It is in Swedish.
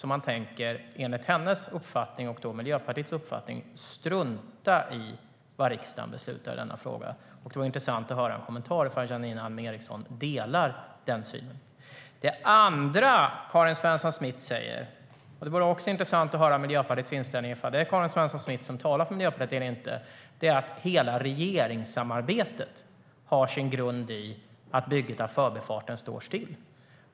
Man tänker enligt hennes och då Miljöpartiets uppfattning strunta i vad riksdagen beslutar i denna fråga. Det vore intressant att höra en kommentar ifall Janine Alm Ericson delar den synen. Det vore också intressant att få höra Miljöpartiets inställning, ifall det är Karin Svensson Smith som talar för Miljöpartiet eller inte, när det gäller det andra Karin Svensson Smith säger, nämligen att hela regeringssamarbetet har sin grund i att bygget av Förbifarten står still.